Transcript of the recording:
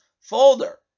folder